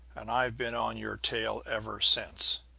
and i've been on your tail ever since.